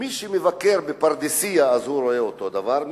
מי שמבקר בבית-החולים בפרדסייה רואה אותו הדבר,